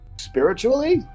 spiritually